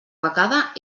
becada